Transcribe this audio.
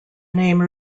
name